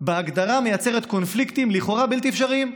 בהגדרה מייצרת קונפליקטים לכאורה בלתי אפשריים.